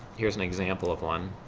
here s an example of one.